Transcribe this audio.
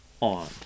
on